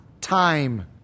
time